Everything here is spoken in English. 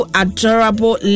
adorable